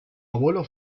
abuelo